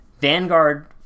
Vanguard